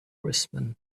horsemen